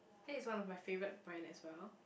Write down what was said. that is one of my favourite brand as well